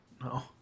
No